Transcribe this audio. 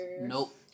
Nope